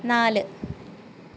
നാല്